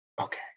Okay